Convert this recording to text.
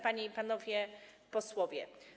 Panie i Panowie Posłowie!